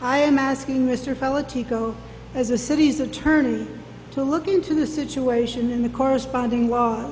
i am asking mr feller teco as a city's attorney to look into the situation in the corresponding law